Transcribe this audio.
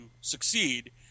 succeed